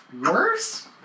worse